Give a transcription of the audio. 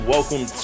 Welcome